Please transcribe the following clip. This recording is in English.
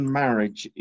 marriage